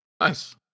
Nice